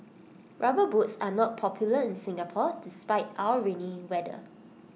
rubber boots are not popular in Singapore despite our rainy weather